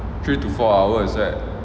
three to four hours right